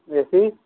اے سی